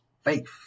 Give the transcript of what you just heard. faith